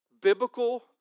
Biblical